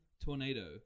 tornado